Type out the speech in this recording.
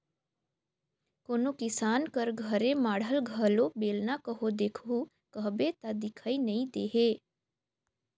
कोनो किसान कर घरे माढ़ल घलो बेलना कहो देखहू कहबे ता दिखई नी देहे